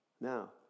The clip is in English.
Now